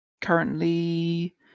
currently